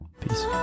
peace